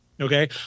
okay